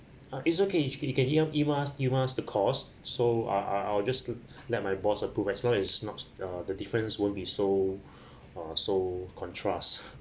ah it's okay you can email email us email us the cost so I'll I'll just let my boss approve as long as not uh the difference won't be so uh so contrast